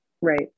Right